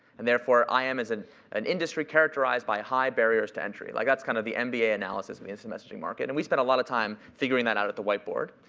and therefore, im um isn't an industry characterized by high barriers to entry. like that's kind of the mba analysis of the instant messaging market. and we spent a lot of time figuring that out at the whiteboard.